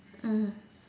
(uh huh)